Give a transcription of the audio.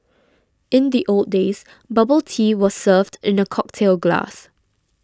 in the old days bubble tea was served in a cocktail glass